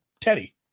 Teddy